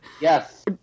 Yes